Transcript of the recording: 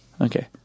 okay